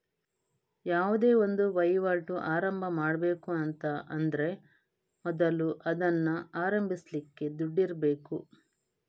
ಯಾವುದೇ ಒಂದು ವೈವಾಟು ಆರಂಭ ಮಾಡ್ಬೇಕು ಅಂತ ಆದ್ರೆ ಮೊದಲು ಅದನ್ನ ಆರಂಭಿಸ್ಲಿಕ್ಕೆ ದುಡ್ಡಿರ್ಬೇಕು